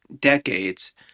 decades